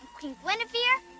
queen guinevere,